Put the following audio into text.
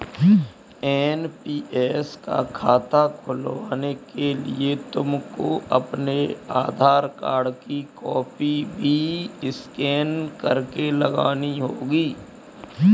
NPS का खाता खुलवाने के लिए तुमको अपने आधार कार्ड की कॉपी भी स्कैन करके लगानी होगी